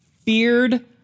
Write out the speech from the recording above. feared